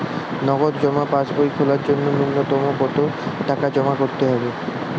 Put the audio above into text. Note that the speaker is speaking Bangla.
নগদ জমা পাসবই খোলার জন্য নূন্যতম কতো টাকা জমা করতে হবে?